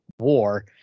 war